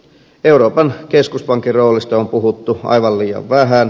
euroopan keskuspankin roolista on puhuttu aivan liian vähän